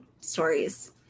stories